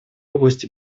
области